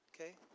okay